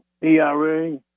ERA